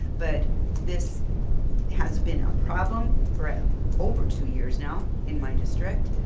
but this has been a problem for over two years now in my district,